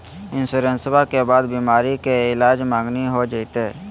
इंसोरेंसबा के बाद बीमारी के ईलाज मांगनी हो जयते?